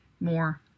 more